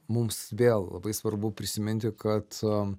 mums vėl labai svarbu prisiminti kad